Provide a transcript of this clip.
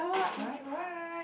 the correct word